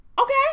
Okay